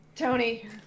Tony